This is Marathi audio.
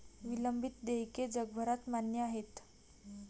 विलंबित देयके जगभरात मान्य आहेत